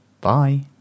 Bye